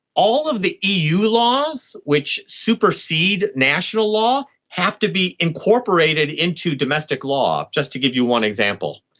all of the eu laws which supersede national law have to be incorporated into domestic law, just to give you one example.